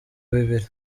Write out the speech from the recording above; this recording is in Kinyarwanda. bibiri